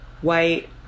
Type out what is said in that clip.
white